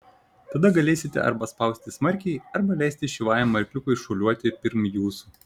tada galėsite arba spausti smarkiai arba leisti šyvajam arkliukui šuoliuoti pirm jūsų